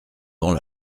dans